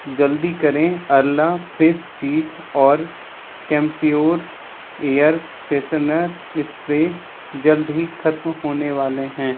जल्दी करें Arla fresh cheese और कैंप्योर एयर फ्रेशनर स्प्रे जल्द ही खत्म होने वाले हैं